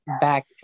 back